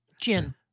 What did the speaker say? Gin